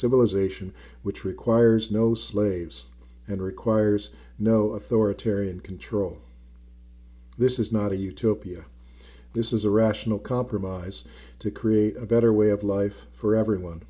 civilization which requires no slaves and requires no authoritarian control this is not a utopia this is a rational compromise to create a better way of life for everyone